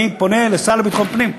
אני פונה לשר לביטחון פנים,